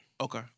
Okay